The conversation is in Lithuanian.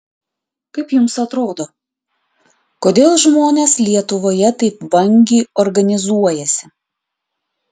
kaip jums atrodo kodėl žmonės lietuvoje taip vangiai organizuojasi